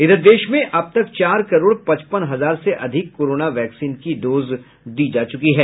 इधर देश में अब तक चार करोड़ पचपन हजार से अधिक कोरोना वैक्सीन की डोज दी जा चुकी है